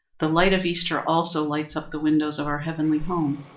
the light of easter also lights up the windows of our heavenly home.